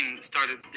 started